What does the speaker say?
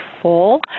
full